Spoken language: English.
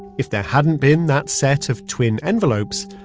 if there hadn't been that set of twin envelopes,